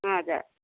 हजुर